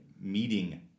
meeting